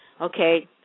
okay